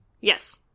Yes